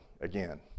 again